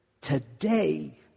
today